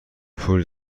پول